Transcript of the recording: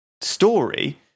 story